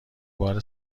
بار